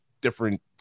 different